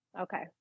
Okay